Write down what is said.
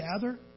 gather